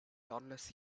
unless